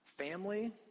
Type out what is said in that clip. Family